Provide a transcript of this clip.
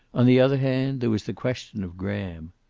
on the other hand, there was the question of graham.